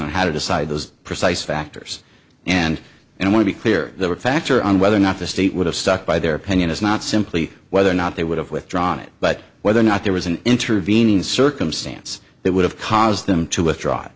on how to decide those precise factors and i want to be clear that a factor on whether or not the state would have stuck by their opinion is not simply whether or not they would have withdrawn it but whether or not there was an intervening circumstance that would have caused them to withdraw